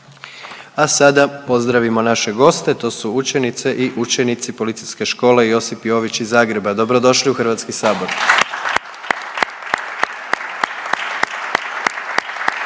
A sada pozdravimo naše goste, to su učenice i učenici Policijske škole Josip Jović iz Zagreba. Dobrodošli u HS! …/Pljesak./….